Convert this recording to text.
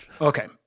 Okay